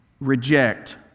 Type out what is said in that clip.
reject